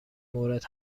مورد